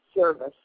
service